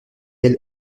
elle